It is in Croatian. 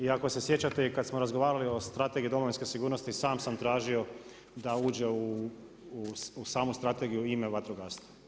I ako se sjećate i kada smo razgovarali o strategiji domovinske sigurnosti, sam sam tražio da uđe u samu strategiju ime vatrogastva.